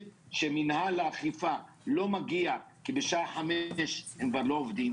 מינהל האכיפה לא מגיע אחר הצוהריים כי בשעה 5 הם כבר לא עובדים,